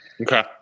Okay